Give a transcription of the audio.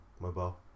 Mobile